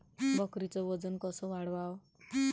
बकरीचं वजन कस वाढवाव?